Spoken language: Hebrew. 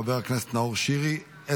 חבר הכנסת נאור שירי,